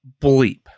bleep